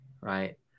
Right